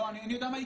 אני יודע מה יקרה,